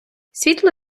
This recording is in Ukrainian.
світло